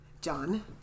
John